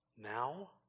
Now